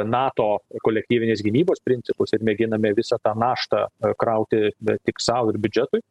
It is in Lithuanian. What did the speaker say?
nato kolektyvinės gynybos principus ir mėginame visą tą naštą krauti bet tik sau ir biudžetui